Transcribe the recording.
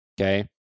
Okay